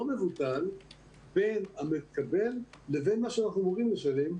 מבוטל בין המקבל לבין מה שאנחנו אמורים לשלם.